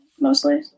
mostly